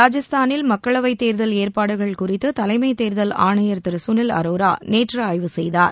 ராஜஸ்தானில் மக்களவை தேர்தல் ஏற்பாடுகள் குறித்து தலைமை தேர்தல் ஆணையர் திரு சுனில் அரோரா நேற்று ஆய்வு செய்தார்